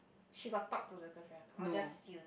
she got talk to the girlfriend or just you